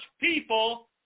people